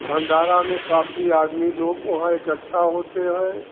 भण्डारा में काफी आदमी लोग वहाँ इकट्ठा होते हैं